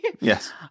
Yes